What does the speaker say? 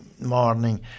morning